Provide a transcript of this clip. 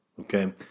Okay